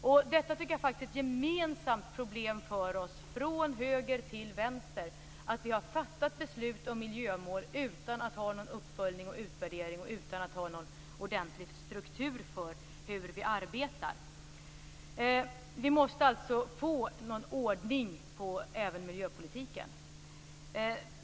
Jag tycker faktiskt att det är ett gemensamt problem för oss, från höger till vänster, att vi har fattat beslut om miljömål utan att ha någon uppföljning eller utvärdering och utan att ha en ordentlig struktur för hur vi arbetar. Vi måste alltså få ordning även på miljöpolitiken.